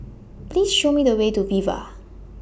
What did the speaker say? Please Show Me The Way to Viva